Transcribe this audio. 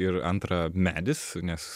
ir antra medis nes